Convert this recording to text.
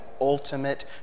ultimate